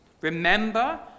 Remember